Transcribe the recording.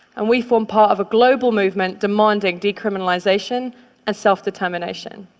and we form part of a global movement demanding decriminalization and self-determination.